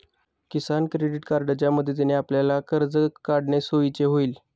किसान credit कार्डच्या मदतीने आपल्याला कर्ज काढणे सोयीचे होईल